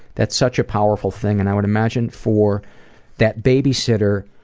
that's such a powerful thing and i would imagine for that babysitter,